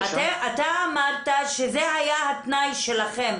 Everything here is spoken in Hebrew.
אמרת שזה היה התנאי שלכם.